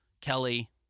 Kelly